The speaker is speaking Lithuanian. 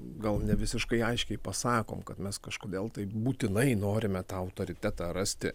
gal ne visiškai aiškiai pasakom kad mes kažkodėl tai būtinai norime tą autoritetą rasti